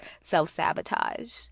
self-sabotage